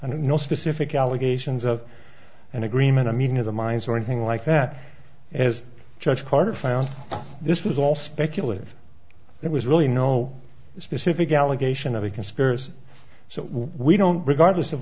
no specific allegations of an agreement a meeting of the minds or anything like that as judge carter found this is all speculative it was really no specific allegation of a conspiracy so we don't regardless of